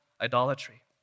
idolatry